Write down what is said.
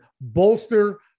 bolster